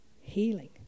healing